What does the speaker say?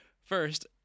First